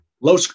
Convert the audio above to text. Low